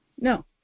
No